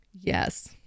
Yes